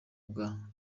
bwa